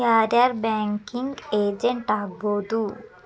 ಯಾರ್ ಯಾರ್ banking agent ಆಗ್ಬಹುದು?